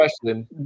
question